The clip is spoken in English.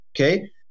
Okay